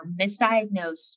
misdiagnosed